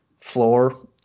floor